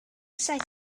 saith